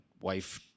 wife